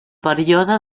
període